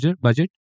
budget